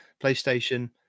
PlayStation